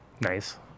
Nice